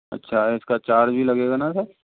अच्छा उसका चार्ज भी लगेगा ना सर